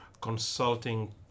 consulting